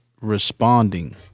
responding